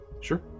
Sure